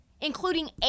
Including